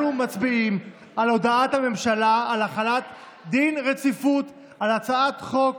אנחנו מצביעים על הודעת הממשלה על החלת דין רציפות על הצעת חוק